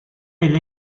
elle